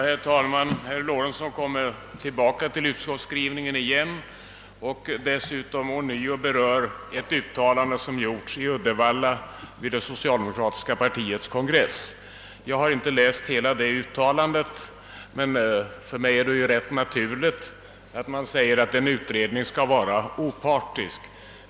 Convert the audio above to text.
Herr talman! Herr Lorentzon kom åter tillbaka till utskottets skrivning och berörde dessutom ånyo ett uttalande som gjordes vid det socialdemokratiska partidistriktets kongress i Uddevalla. Jag har inte läst hela detta uttalande, men för mig är det rätt naturligt att man säger att en utredning skall vara opartisk.